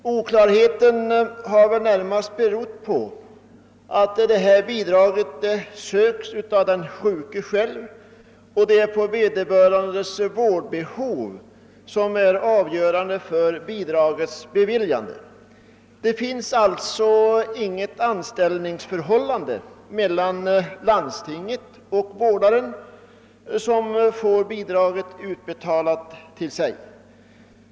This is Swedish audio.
Oklarheten har väl närmast berott på att ifrågavarande bidrag sökts av den sjuke själv, och det är vederbörandes vårdbehov som är avgörande för bidragets beviljande. Det finns alltså inte något = anställningsförhållande mellan landstinget och vårdaren som får bidrag utbetalat till sig.